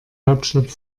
hauptstadt